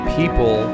people